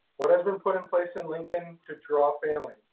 what has been put in place at lincoln to draw families?